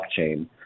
blockchain